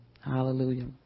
Hallelujah